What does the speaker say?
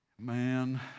man